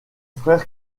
frère